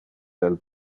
del